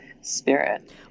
spirit